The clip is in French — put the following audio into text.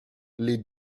les